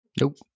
Nope